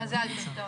בגוגל.